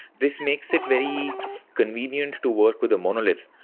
this makes it very convenient to work with a monolith,